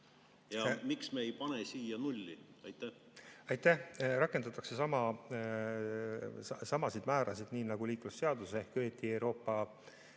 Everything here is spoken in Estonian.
Miks me ei pane siia nulli? Aitäh! Rakendatakse samasid määrasid nagu liiklusseaduses, õieti Euroopa